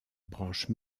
branche